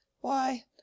Why—